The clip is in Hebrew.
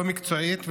לא מקצועית,